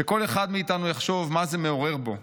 שכל אחד מאיתנו יחשוב מה זה מעורר בו.